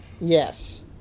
Yes